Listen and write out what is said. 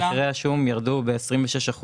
מחירי השום ירדו ב-26%.